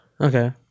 Okay